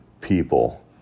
people